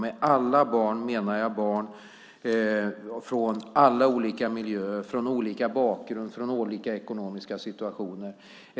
Med alla barn menar jag barn från olika miljöer, med olika bakgrund och i olika ekonomiska situationer.